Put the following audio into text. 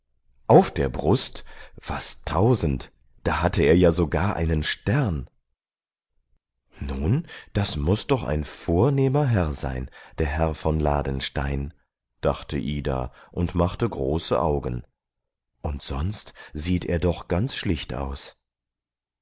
auf der brust was tausend da hatte er ja sogar einen stern nun das muß doch ein vornehmer herr sein der herr von ladenstein dachte ida und machte große augen und sonst sieht er doch ganz schlicht aus